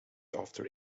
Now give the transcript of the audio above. after